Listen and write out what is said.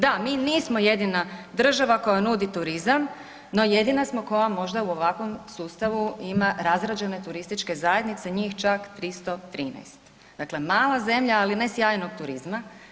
Da, mi nismo jedina država koja nudi turizam, no jedina smo koja možda u ovakvom sustavu ima razrađene turističke zajednice, njih čak 313, dakle mala zemlja, ali ne sjajnog turizma.